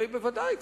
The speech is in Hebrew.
הרי ודאי,